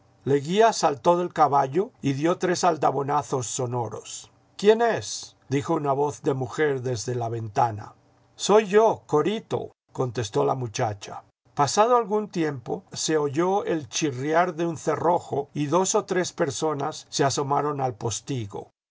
leguía saltó del caballo y dio tres aldabonazos sonoros quién es dijo una voz de mujer desde la ventana soy yo corito contestó a la muchacha pasado algún tiempo se oyó el chirriar de un cerrojo y dos o tres personas se asomaron al postigo